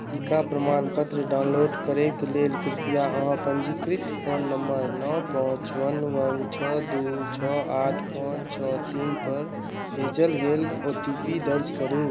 टीका प्रमाणपत्र डाउनलोड करैके लेल कृपया अहाँ पञ्जीकृत फोन नम्बर नओ पाँच वन वन छओ दुइ छओ आठ पाँच छओ तीनपर भेजल गेल ओ टी पी दर्ज करू